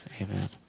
amen